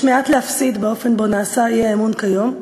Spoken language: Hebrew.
יש מעט להפסיד באופן שבו נעשה האי-אמון כיום.